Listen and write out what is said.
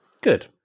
Good